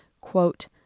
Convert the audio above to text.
quote